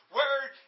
word